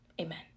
Amen